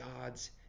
God's